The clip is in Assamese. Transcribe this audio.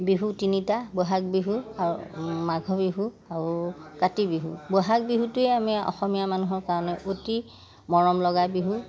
বিহু তিনিটা বহাগ বিহু আৰু মাঘৰ বিহু আৰু কাতি বিহু বহাগ বিহুটোৱে আমি অসমীয়া মানুহৰ কাৰণে অতি মৰম লগা বিহু